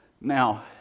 Now